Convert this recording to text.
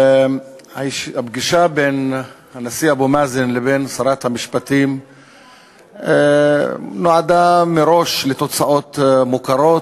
הפגישה של הנשיא אבו מאזן ושרת המשפטים נועדה מראש לתוצאות מוכרות,